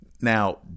Now